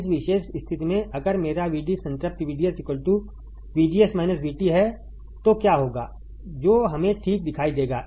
इस विशेष स्थिति में अगर मेरा VD संतृप्ति VDS VGS VT है तो क्या होगा जो हमें ठीक दिखाई देगा